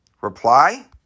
reply